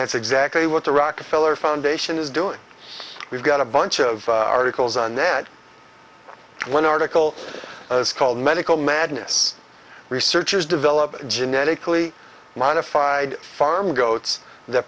that's exactly what the rockefeller foundation is doing we've got a bunch of articles on that one article called medical madness researchers develop genetically modified farm goats th